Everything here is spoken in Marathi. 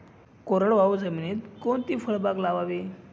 कोरडवाहू जमिनीत कोणती फळबाग लावावी?